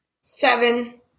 Seven